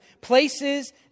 places